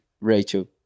Rachel